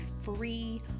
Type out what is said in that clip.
free